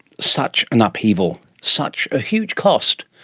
such an upheaval. such a huge cost.